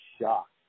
shocked